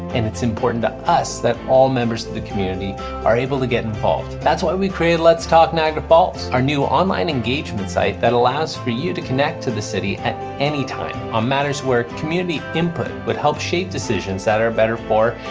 and it's important to us that all members of the community are able to get involved. that's why we created let's talk niagara falls, our new online engagement site that allows for you to connect to the city at any time, on matters where community input would help shape decisions that are better for,